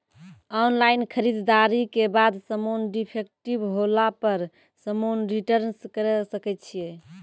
Online खरीददारी के बाद समान डिफेक्टिव होला पर समान रिटर्न्स करे सकय छियै?